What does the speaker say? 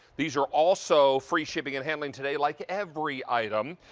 these are also free shipping and handling today like every item.